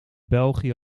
belgië